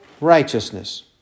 righteousness